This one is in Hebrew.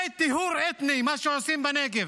זה טיהור אתני מה שעושים בנגב,